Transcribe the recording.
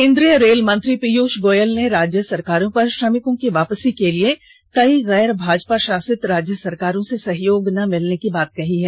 केंद्रीय रेल मंत्री पियूष गोयल ने राज्य सरकारों पर श्रमिकों की वापसी के लिए कई गैर भाजपा शासित राज्य सरकारों से सहयोग न मिलने की बात कही है